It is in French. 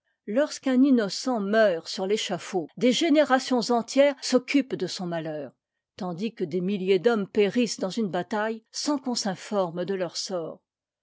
lorsqu'un innocent meurt sur l'échafaud des générations entières s'occupent de son malheur tandis que des milliers d'hommes périssent dans une bataille sans qu'on s'informe de leur sort